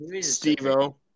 Steve-O